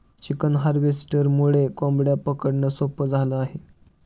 chicken हार्वेस्टरमुळे कोंबड्या पकडणं सोपं झालं आहे